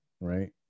right